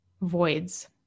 voids